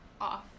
off